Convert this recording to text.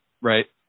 right